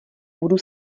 budu